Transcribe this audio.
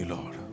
Lord